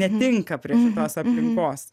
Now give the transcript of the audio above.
netinka prie šitos aplinkos